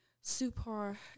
super